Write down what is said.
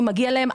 אם מגיע להם.